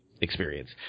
experience